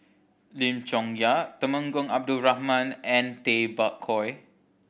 Lim Chong Yah Temenggong Abdul Rahman and Tay Bak Koi